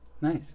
Nice